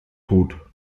tot